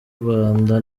rwanda